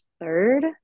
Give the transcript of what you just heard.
third